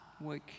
work